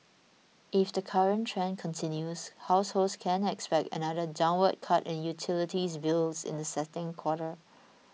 if the current trend continues households can expect another downward cut in utilities bills in the second quarter